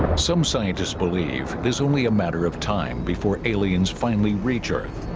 some scientists believe there's only a matter of time before aliens finally reach earth